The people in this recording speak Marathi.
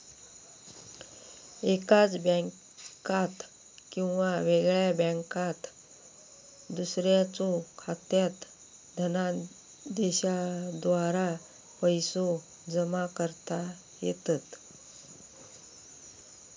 एकाच बँकात किंवा वेगळ्या बँकात दुसऱ्याच्यो खात्यात धनादेशाद्वारा पैसो जमा करता येतत